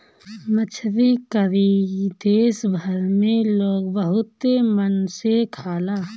मछरी करी देश भर में लोग बहुते मन से खाला